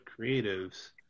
creatives